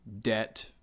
debt